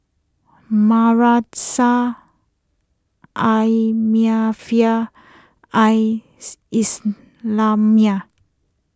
Madrasah Al Maarif Al Islamiah